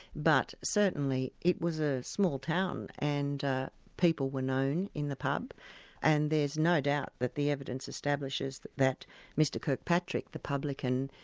but certainly it was a small town, and people were known in the pub and there's no doubt that the evidence establishes that that mr kirkpatrick, the publican,